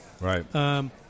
Right